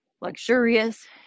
luxurious